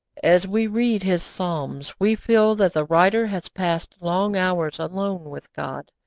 as we read his psalms we feel that the writer has passed long hours alone with god,